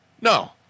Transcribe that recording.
No